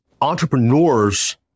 entrepreneurs